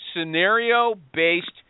scenario-based